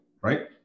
Right